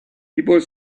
people